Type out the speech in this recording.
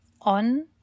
on